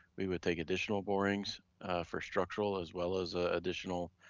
we would take additional borings for structural as well as ah additional